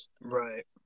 Right